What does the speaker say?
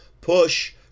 push